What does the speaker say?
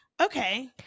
okay